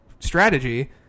strategy